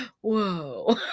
Whoa